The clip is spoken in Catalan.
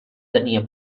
tenia